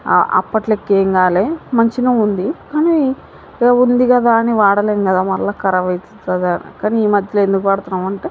అప్పటి లెక్క ఏం కాలే మంచిగానే ఉంది కానీ ఏదో ఉంది కదా అని వాడలేము కదా మళ్ళీ ఖరాబ్ అవుతుంది కదా కానీ ఈ మధ్యలో ఎందుకు వాడుతున్నాము అంటే